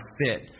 fit